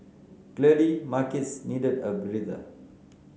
clearly markets needed a breather